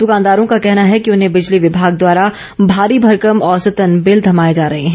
दुकानदारों का कहना है कि उन्हें बिजली विभाग द्वारा भारी भरकम औसतन बिल थमाए जा रहें है